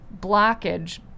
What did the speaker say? blockage